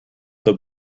the